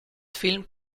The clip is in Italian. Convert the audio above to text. film